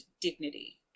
dignity